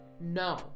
No